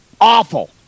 awful